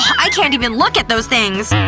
i can't even look at those things.